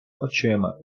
очима